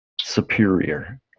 superior